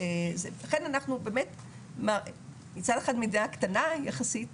ולכן אנחנו באמת מצד אחד מדינה קטנה יחסית,